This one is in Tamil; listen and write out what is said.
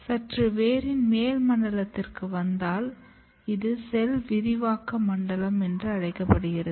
சற்று வேரின் மேல் மண்டலத்திற்கு வந்தால் இது செல் விரிவாக்க மண்டலம் என்று அழைக்கப்படுகிறது